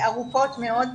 ארוכות מאוד.